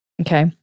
okay